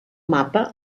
mapa